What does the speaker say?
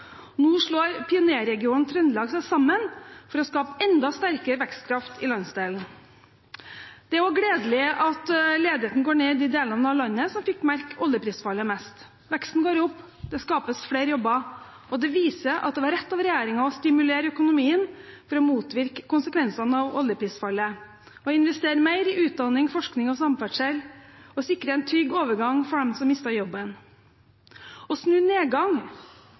Nå slår pionerregionen Trøndelag seg sammen for å skape enda sterkere vekstkraft i landsdelen. Det er også gledelig at ledigheten går ned i de delene av landet som fikk merke oljeprisfallet mest. Veksten går opp, det skapes flere jobber, og det viser at det var rett av regjeringen å stimulere økonomien for å motvirke konsekvensene av oljeprisfallet ved å investere mer i utdanning, forskning og samferdsel og sikre en trygg overgang for dem som mistet jobben. Å snu nedgang